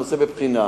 הנושא בבחינה.